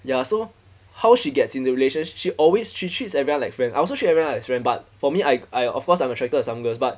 ya so how she gets into relationship she always she treats everyone like friend I also treat everyone as friend but for me I I of course I'm attracted some girls but